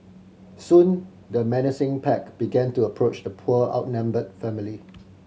soon the menacing pack began to approach the poor outnumbered family